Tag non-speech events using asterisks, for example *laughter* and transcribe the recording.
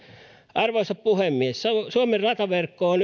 arvoisa puhemies suomen rataverkko on *unintelligible*